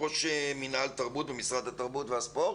ראש מינהל תרבות במשרד התרבות והספורט?